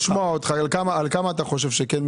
סתם כדי לשמוע אותך, על כמה אתה חושב שכן?